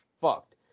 fucked